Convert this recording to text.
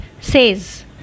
says